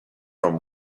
from